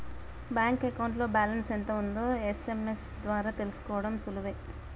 bank అకౌంట్లో balance ఎంత ఉందో ఎస్.ఎం.ఎస్ ద్వారా తెలుసుకోడం సులువే